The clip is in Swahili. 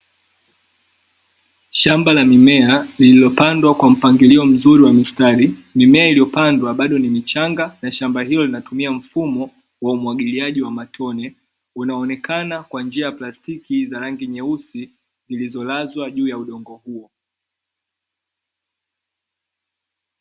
Shamba la mimea lililopandwa kwa mpangilio mzuri wa mstari. Mimea iliyopandwa bado ni michanga na shamba hilo linatumia mfumo wa umwagiliaji wa matone, unaonekana kwa njia ya plastiki za rangi nyeusi zilizolazwa juu ya udongo huo.